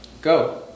go